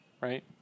right